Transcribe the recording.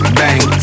bang